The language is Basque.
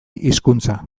hizkuntza